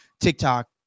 TikTok